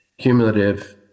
cumulative